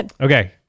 Okay